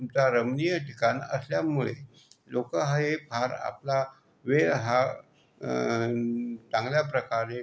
तुमचा रमणीय ठिकाण असल्यामुळे लोकं हा हे फार आपला वेळ हा चांगल्या प्रकारे